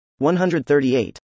138